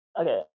okay